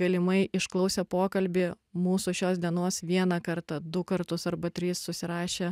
galimai išklausę pokalbį mūsų šios dienos vieną kartą du kartus arba tris susirašę